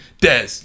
Des